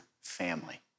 family